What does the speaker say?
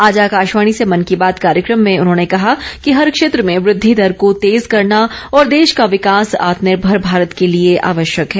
आज आकाशवाणी से मन की बात कार्यक्रम में उन्होंने कहा कि हर क्षेत्र में वृद्धि दर को तेज करना और देश का विकास आत्मनिर्भर भारत के लिए आवश्यक है